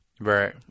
Right